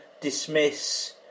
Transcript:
dismiss